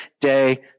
day